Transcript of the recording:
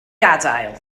gadael